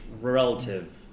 relative